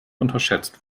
unterschätzt